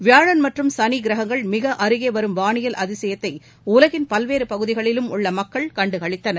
வியாழன் மற்றும் சனி கிரகங்கள் மிக அருகே வரும் வாளியல் அதிசயத்தை உலகின் பல்வேறு பகுதிகளிலும் உள்ள மக்கள் கண்டு களித்தனர்